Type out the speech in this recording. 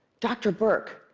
dr. burke,